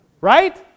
Right